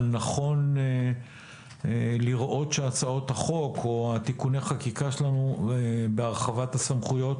אבל נכון לראות שהצעות החוק או תיקוני החקיקה שלנו בהרחבת הסמכויות